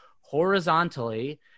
horizontally